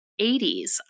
80s